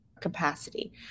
capacity